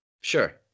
Sure